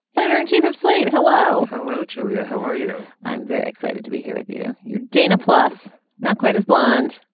editor in chief of slate. hello hello, julia. how are you? i'm very excited to be here with you. you're dana plus. not quite as blonde,